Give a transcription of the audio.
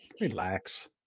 Relax